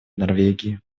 норвегии